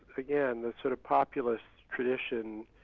again, the sort of populist tradition,